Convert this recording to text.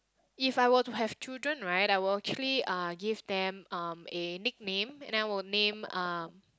if I were to have children right I will actually uh give them um a nickname and then I will name um